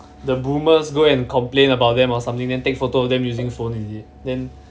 the boomers go and complain about them or something then take photo of them using phone is it then